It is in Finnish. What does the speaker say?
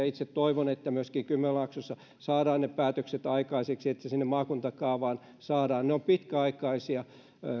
itse toivon että myöskin kymenlaaksossa saadaan ne päätökset aikaiseksi että se sinne maakuntakaavaan saadaan ne ovat pitkäaikaisia